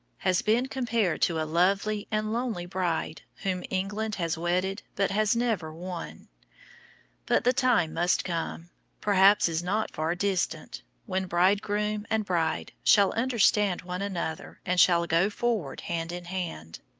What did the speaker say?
has been compared to a lovely and lonely bride whom england has wedded but has never won. but the time must come perhaps is not far distant when bridegroom and bride shall understand one another and shall go forward hand in hand